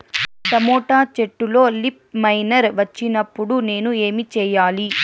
Tomato చెట్టులో leaf miner వచ్చినప్పుడు నేను ఏమి చెయ్యాలి?